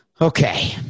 Okay